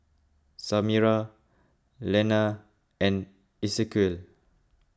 Samira Lenna and Esequiel